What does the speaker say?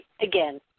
again